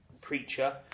preacher